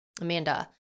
Amanda